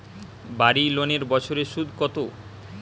বাড়ি লোনের বছরে সুদ কত?